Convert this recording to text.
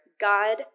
God